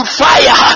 fire